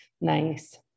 nice